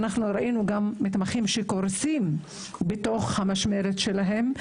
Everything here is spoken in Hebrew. אנחנו גם ראינו מתמחים שקורסים בתוך המשמרת שלהם.